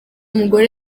mugore